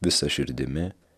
visa širdimi